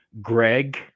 greg